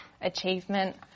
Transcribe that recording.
achievement